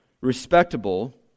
respectable